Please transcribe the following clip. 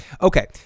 okay